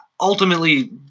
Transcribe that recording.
ultimately